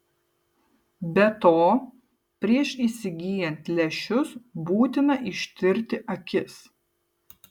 be to prieš įsigyjant lęšius būtina ištirti akis